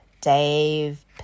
Dave